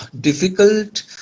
difficult